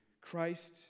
Christ